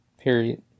Period